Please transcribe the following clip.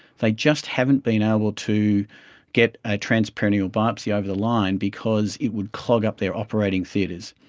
they just haven't been able to get a transperineal biopsy over the line because it would clog up their operating theatres.